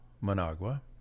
Managua